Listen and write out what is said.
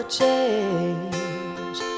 change